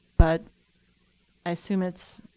but i assume it's